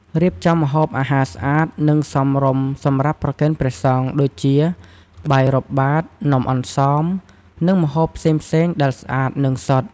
រៀបចំម្ហូបអាហារស្អាត និងសមរម្យសម្រាប់ប្រគេនព្រះសង្ឃ ដូចជា បាយរាប់បាត នំអន្សម និងម្ហូបផ្សេងៗដែលស្អាត និងសុទ្ធ។